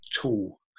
tool